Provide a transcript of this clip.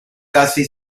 casi